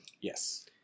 Yes